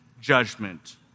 judgment